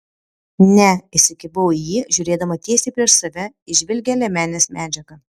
ne įsikibau į jį žiūrėdama tiesiai prieš save į žvilgią liemenės medžiagą